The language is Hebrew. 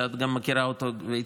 שאת גם מכירה אותו היטב,